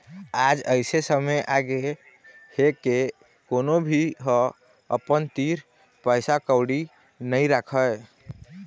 आज अइसे समे आगे हे के कोनो भी ह अपन तीर पइसा कउड़ी नइ राखय